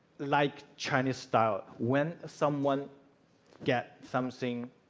like chinese-style. when someone gets something,